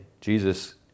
Jesus